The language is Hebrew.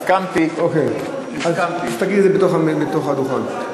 הסכמתי, אוקיי, הסכמתי, אז תגיד מעל הדוכן.